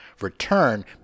return